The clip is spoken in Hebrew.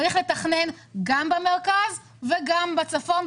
צריך לתכנן גם במרכז וגם בצפון,